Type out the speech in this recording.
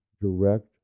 direct